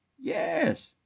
Yes